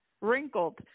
wrinkled